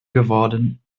geworden